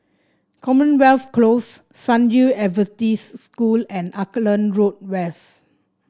Commonwealth Close San Yu Adventist School and Auckland Road West